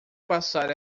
passar